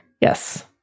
Yes